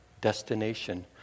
destination